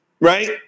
right